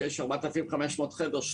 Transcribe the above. שם יש 4,500 חדרים,